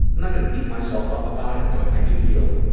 not going to beat myself up about it, but i do feel